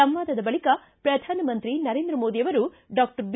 ಸಂವಾದದ ಬಳಿಕ ಪ್ರಧಾನಮಂತ್ರಿ ನರೇಂದ್ರ ಮೋದಿ ಅವರು ಡಾಕ್ಟರ್ ಬಿ